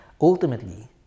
Ultimately